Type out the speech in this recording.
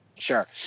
Sure